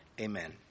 amen